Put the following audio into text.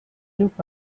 look